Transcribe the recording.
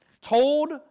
told